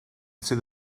sydd